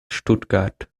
stuttgart